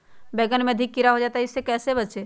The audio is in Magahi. बैंगन में अधिक कीड़ा हो जाता हैं इससे कैसे बचे?